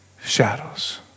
shadows